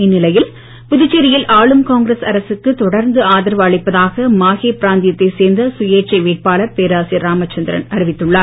இந்நிலையில் புதுச்சேரியில் ஆளும் காங்கிரஸ் அரசுக்கு தொடர்ந்து ஆதரவு அளிப்பதாக மாஹே பிராந்தியத்தைச் சேர்ந்த சுயேட்சை வேட்பாளர் பேராசிரியர் ராமச்சந்திரன் அறிவித்துள்ளார்